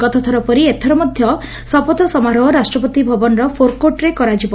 ଗତଥର ପରି ଏଥର ମଧ୍ଧ ଶପଥ ସମାରୋହ ରାଷ୍ଟ୍ରପତି ଭବନର ଫୋର୍କୋର୍ଟ୍ରେ କରାଯିବ